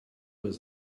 was